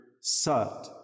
sat